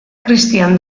cristian